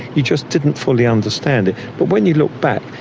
you just didn't fully understand it. but when you look back,